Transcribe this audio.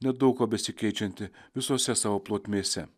nedaug kuo besikeičiantį visose savo plotmėse